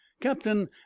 captain